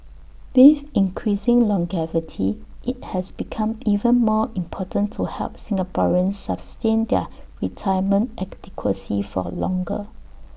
with increasing longevity IT has become even more important to help Singaporeans sustain their retirement for longer